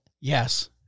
Yes